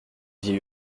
vies